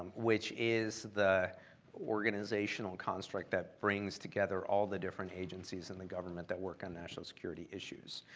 which is the organizational construct that brings together all the different agencies in the government that work on national security issues.